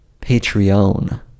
Patreon